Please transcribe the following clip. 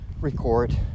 record